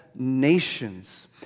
Nations